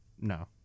no